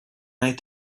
night